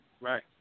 Right